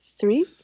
Three